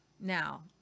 now